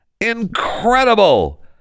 Incredible